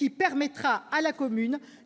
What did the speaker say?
leur permettra